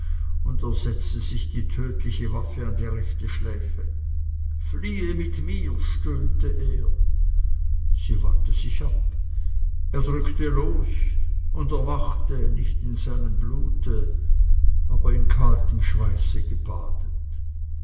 und er setzte sich die tödliche waffe an die rechte schläfe fliehe mit mir stöhnte er sie wandte sich ab er drückte los und erwachte nicht in seinem blute aber in kaltem schweiße gebadet